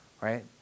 right